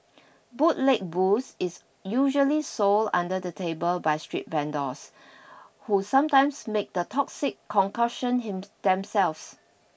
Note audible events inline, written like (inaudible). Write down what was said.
bootleg booze is usually sold under the table by street vendors who sometimes make the toxic concoction (unintelligible) themselves